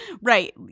Right